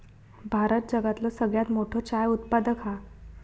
भारत जगातलो सगळ्यात मोठो चाय उत्पादक हा